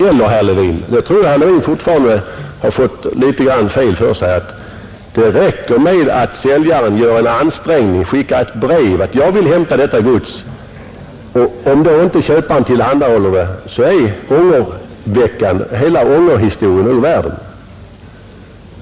Jag tror att herr Levin har fått fel för sig när han menar att det inte räcker med att säljaren gör en ansträngning, skickar ett brev: ”Jag vill hämta mitt gods.” Om då inte köparen tillhandahåller det är hela ångerhistorien ur världen.